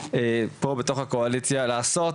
ולא לחכות עד שמגיעים למצב